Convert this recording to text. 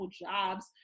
jobs